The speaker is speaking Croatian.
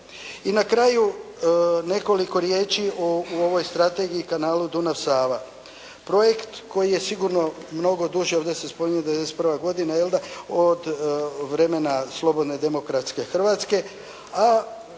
I na kraju, nekoliko riječi o ovoj Strategiji kanalu Dunav-Sava. Projekt koji je sigurno mnogo duže, ovdje se spominje '91. godine od vremena slobodne demokratske Hrvatske,